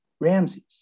Ramses